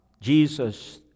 Jesus